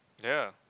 yeah